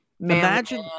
imagine